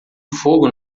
fogo